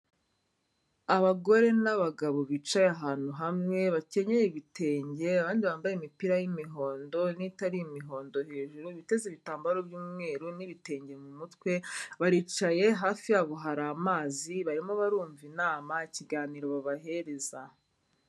Abagore n'abagabo bicaye ahantu hamwe bakenyeye ibitenge, abandi bambaye imipira y'imihondo n'itari imihondo hejuru, biteze ibitambaro by'umweru n'ibitenge mu mutwe baricaye, hafi yabo hari amazi barimo barumva inama, ikiganiro babahereza.